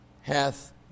hath